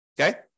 Okay